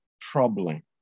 troubling